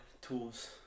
tools